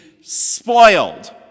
spoiled